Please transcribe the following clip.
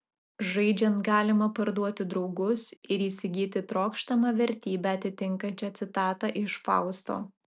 žaidžiant galima parduoti draugus ir įsigyti trokštamą vertybę atitinkančią citatą iš fausto